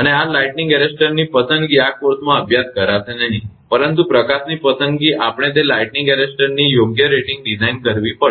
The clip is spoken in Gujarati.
અને આ લાઇટનીંગ એરેસ્ટરની પસંદગી આ કોર્સમાં અભ્યાસ કરાશે નહીં પરંતુ પ્રકાશની પસંદગી આપણે તે લાઈટનિંગ એરેસ્ટરની યોગ્ય રેટિંગ ડિઝાઇન કરવી પડશે